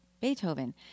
Beethoven